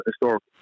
historical